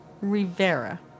Rivera